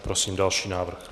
Prosím další návrh.